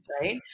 right